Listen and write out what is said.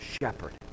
shepherd